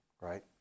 right